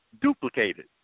duplicated